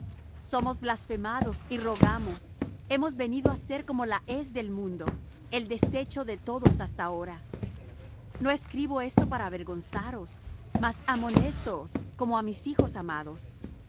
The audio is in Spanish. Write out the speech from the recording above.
somos blasfemados y rogamos hemos venido á ser como la hez del mundo el desecho de todos hasta ahora no escribo esto para avergonzaros mas amonéstoos como á mis hijos amados